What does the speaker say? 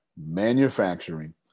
manufacturing